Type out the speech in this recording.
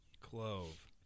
Clove